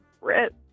RIP